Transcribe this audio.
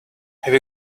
have